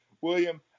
William